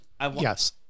Yes